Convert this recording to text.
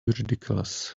ridiculous